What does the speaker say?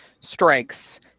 strikes